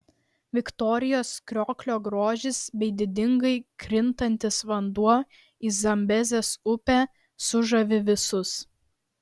viktorijos krioklio grožis bei didingai krintantis vanduo į zambezės upę sužavi visus